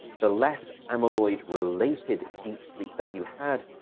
the less amyloid-related deep sleep that you had,